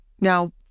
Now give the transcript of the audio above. Now